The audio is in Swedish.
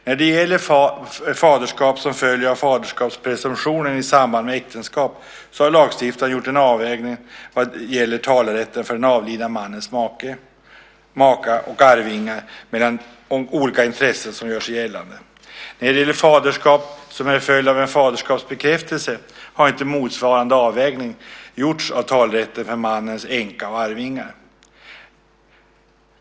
När det gäller faderskap som följer av faderskapspresumtionen i samband med äktenskap har lagstiftare gjort en avvägning vad gäller talerätten för den avlidna mannens maka och arvingar mellan de olika intressen som gör sig gällande. När det gäller faderskap som är en följd av en faderskapsbekräftelse har inte motsvarande avvägning gjorts av talerätten för mannens änka och arvingar.